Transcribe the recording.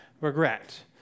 regret